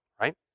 right